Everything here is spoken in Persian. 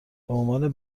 عنوان